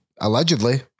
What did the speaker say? Allegedly